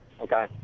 Okay